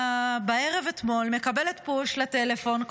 בערב אתמול מקבלת פוש לטלפון,